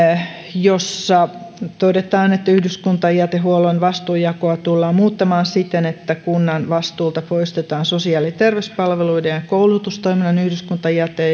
jossa todetaan että yhdyskuntajätehuollon vastuunjakoa tullaan muuttamaan siten että kunnan vastuulta poistetaan sosiaali ja terveyspalveluiden ja koulutustoiminnan yhdyskuntajäte